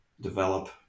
develop